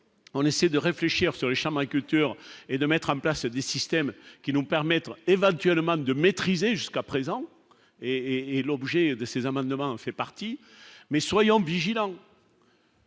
on essaie de réfléchir sur les Champs et culture et de mettre en place des systèmes qui nous permettra éventuellement de maîtriser jusqu'à présent et est l'objet de ces amendements, en fait partie, mais soyons vigilants.